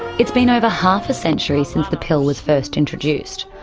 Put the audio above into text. it's been over half a century since the pill was first introduced,